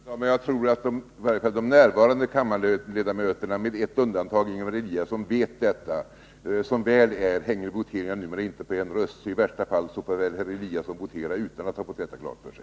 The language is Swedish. Fru talman! Jag tror att i varje fall de närvarande kammarledamöterna med ett undantag, Ingemar Eliasson, vet detta. Som väl är hänger voteringsresultaten numera inte på en enda röst, så i värsta fall får väl Ingemar Eliasson votera utan att ha fått detta klart för sig.